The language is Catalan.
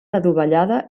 adovellada